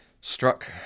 struck